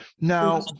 Now